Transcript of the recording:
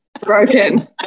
broken